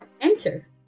enter